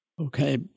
Okay